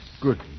Good